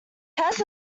hess